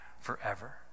forever